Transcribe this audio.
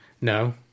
no